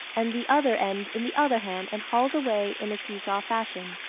and the other end in the other hand, and hauls away in a see-saw fashion.